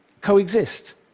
coexist